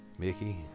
Mickey